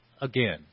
again